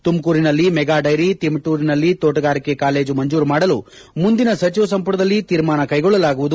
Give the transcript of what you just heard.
ತುಮಕೂರಿನಲ್ಲಿ mega dairy ತಿಪಟೂರಿನಲ್ಲಿ ತೋಟಗಾರಿಕೆ ಕಾಲೇಜು ಮಂಜೂರು ಮಾಡಲು ಮುಂದಿನ ಸಚಿವ ಸಂಪುಟದಲ್ಲಿ ತೀರ್ಮಾನ ಕೈಗೊಳ್ಳಲಾಗುವುದು